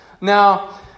Now